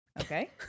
Okay